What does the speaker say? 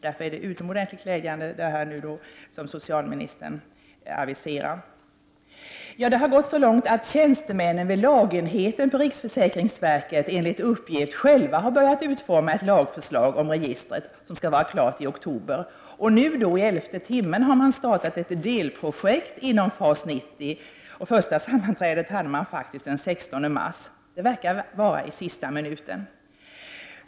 Därför är det som socialministern aviserar utomordentligt glädjande. Det har gått så långt att tjänstemännen vid lagenheten på riksförsäkringsverket enligt uppgift själva har börjat utforma ett lagförslag om registret som skall vara klart i oktober. Nu i elfte timman har ett delprojekt i FAS 90 startat. Första sammanträdet var den 16 mars. Det verkar vara i sista minuten.